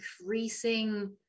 increasing